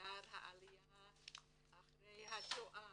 אחרי השואה,